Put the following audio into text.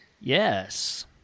Yes